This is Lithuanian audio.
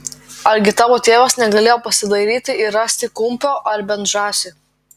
argi tavo tėvas negalėjo pasidairyti ir rasti kumpio ar bent žąsį